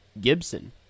gibson